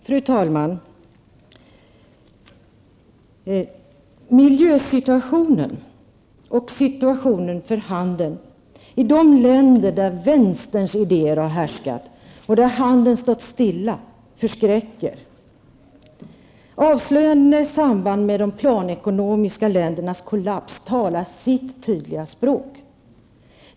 Fru talman! Miljösituationen och situationen för handeln i de länder där vänsterns idéer har härskat och där handeln har stått stilla förskräcker. Avslöjandena i samband med de planekonomiska ländernas kollaps talar sitt tydliga språk.